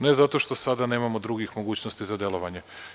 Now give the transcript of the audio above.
Ne zato što sada nemamo drugih mogućnosti za delovanje.